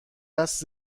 است